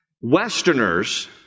Westerners